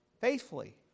faithfully